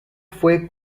fue